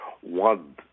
one